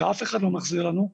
שאף אחד לא מחזיר לנו.